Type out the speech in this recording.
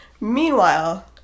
Meanwhile